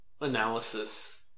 analysis